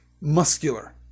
muscular